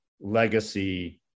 legacy